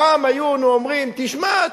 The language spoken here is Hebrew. פעם היינו אומרים: תשמע,